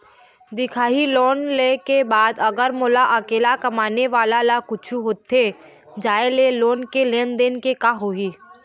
दिखाही लोन ले के बाद अगर मोला अकेला कमाने वाला ला कुछू होथे जाय ले लोन के लेनदेन के का होही?